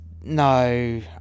no